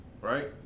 right